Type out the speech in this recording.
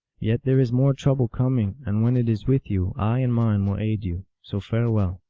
yet there is more trouble coming, and when it is with you i and mine will aid you. so farewell.